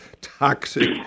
toxic